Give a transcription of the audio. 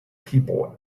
people